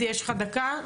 יש לך דקה.